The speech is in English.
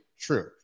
true